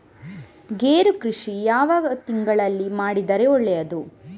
ಗೇರು ಕೃಷಿ ಯಾವ ತಿಂಗಳಲ್ಲಿ ಮಾಡಿದರೆ ಒಳ್ಳೆಯದು?